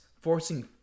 Forcing